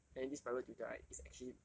and this private tutor right is actually